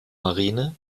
marine